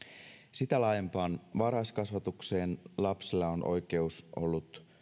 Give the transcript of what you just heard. sitä laajempaan varhaiskasvatukseen lapsella on ollut oikeus